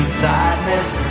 sadness